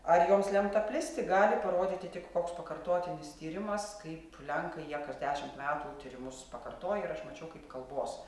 ar joms lemta plisti gali parodyti tik koks pakartotinis tyrimas kaip lenkai jie kas dešim metų tyrimus pakartoja ir aš mačiau kaip kalbos